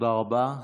תודה רבה.